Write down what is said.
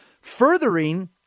furthering